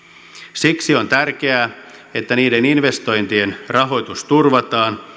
siksi on tärkeää että niiden investointien rahoitus turvataan